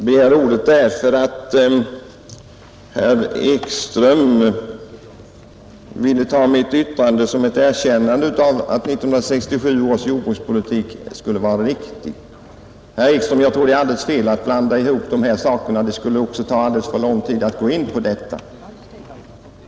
Herr talman! Jag begärde ordet därför att herr Ekström ville ta mitt yttrande som ett erkännande av att 1967 års jordbrukspolitik skulle vara riktig. Jag tror, herr Ekström, att det är alldeles fel att blanda ihop dessa saker. Det skulle emellertid ta alldeles för lång tid att närmare gå in på detta.